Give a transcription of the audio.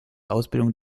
ausbildung